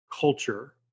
culture